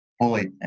holy